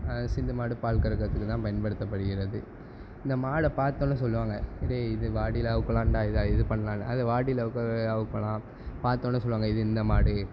சிந்து மாடு பால் கறக்கிறதுக்கு தான் பயன்படுத்தப்படுகிறது இந்த மாடு பார்த்தோன்னே சொல்லுவாங்க எடே இது வாடியில் அவிக்கலான்டா இதை இது பண்ணலான்னு அது வாடியில் அவிக்கறது அவிக்கலாம் பார்த்தோன்னே சொல்லுவாங்க இது இந்த மாடு